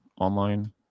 online